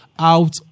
Out